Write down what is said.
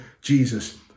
Jesus